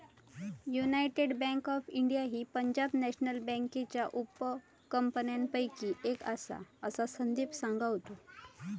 United bank of India ही Punjab national बँकेच्या उपकंपन्यांपैकी एक आसा, असा संदीप सांगा होतो